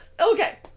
Okay